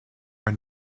are